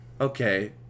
okay